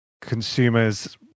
consumers